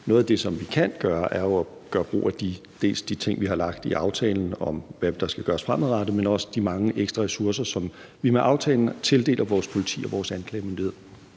noget af det, som vi kan gøre, er jo at gøre brug af dels de ting, vi har lagt i aftalen, og som handler om, hvad der skal gøres fremadrettet, dels de mange ekstra ressourcer, som vi med aftalen tildeler vores politi og vores anklagemyndighed.